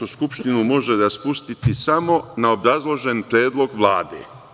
Zato što Skupštinu može raspustiti samo na obrazložen predlog Vlade.